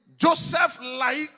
Joseph-like